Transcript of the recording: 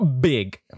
big